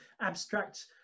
abstract